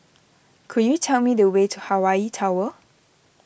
could you tell me the way to Hawaii Tower